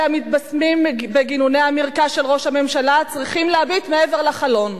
אלה המתבשמים מגינוני המרקע של ראש הממשלה צריכים להביט מעבר לחלון.